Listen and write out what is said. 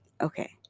Okay